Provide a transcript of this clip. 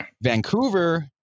Vancouver